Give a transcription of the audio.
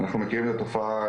אנחנו מכירים את התופעה